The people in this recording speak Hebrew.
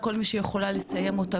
בבקשה, כל מי שיכולה ויכול לסיים אותה.